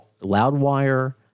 Loudwire